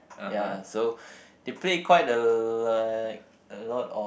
ya so they played quite a like a lot of